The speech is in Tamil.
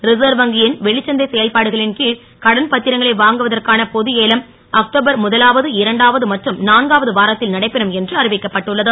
ரிசர் வங்கி ன் வெளிச்சந்தை செயல்பாடுகளின் கி கடன் பத் ரங்களை வாங்குவதற்கான பொது ஏலம் அக்டோபர் முதலாவது இரண்டாவது மற்றும் நான்காவது வாரத் ல் நடைபெறும் என்று அறிவிக்கப்பட்டுள்ளது